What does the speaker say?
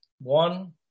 one